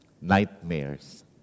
nightmares